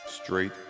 Straight